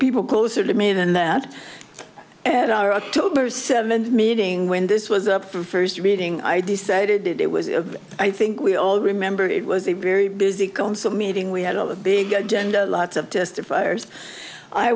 people closer to me than that and our october seventh meeting when this was a first reading i decided it was i think we all remember it was a very busy council meeting we had all the big agenda lots of testifiers i